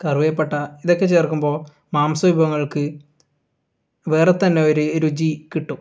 കറുവപട്ട ഇതൊക്കെ ചേർക്കുമ്പോൾ മാംസ വിഭവങ്ങൾക്ക് വേറെ തന്നെ ഒരു രുചി കിട്ടും